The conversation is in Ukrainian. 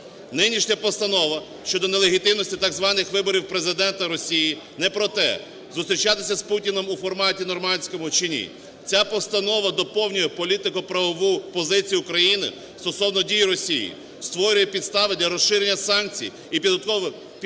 Нинішня постанова щодо нелегітимності так званих виборів Президента Росії не проте, зустрічатися з Путіним у форматі нормандському чи ні. Ця постанова доповнює політико-правову позицію України стосовно дій Росії, створює підстави для розширення санкцій і підготовки